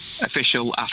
official